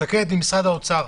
שקד ממשרד האוצר,